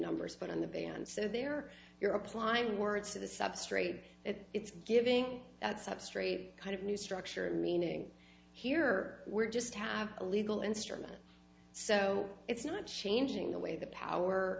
numbers but on the band so there you're applying words to the substrate that it's giving that substrate a kind of new structure meaning here we're just have a legal instrument so it's not changing the way the power